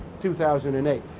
2008